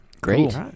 Great